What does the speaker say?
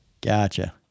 Gotcha